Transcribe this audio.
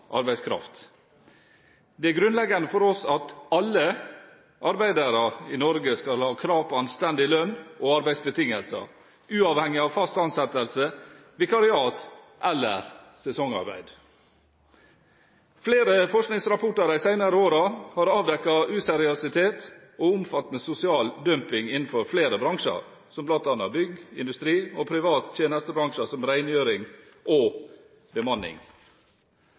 arbeidskraft. Det er grunnleggende for oss at alle arbeidere i Norge skal ha krav på anstendig lønn og anstendige arbeidsbetingelser – uavhengig av om man har fast ansettelse, vikariat eller sesongarbeid. Flere forskningsrapporter de senere årene har avdekket manglende seriøsitet og omfattende sosial dumping innenfor flere bransjer, bl.a. bygg, industri og private tjenestebransjer, som rengjøring og bemanning.